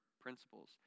principles